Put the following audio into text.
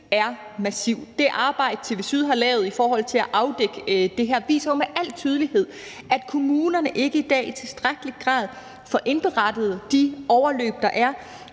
er massiv. Det arbejde, TV Syd har lavet i forhold til at afdække det her, viser jo med al tydelighed, at kommunerne ikke i dag i tilstrækkelig grad får indberettet de overløb, der er,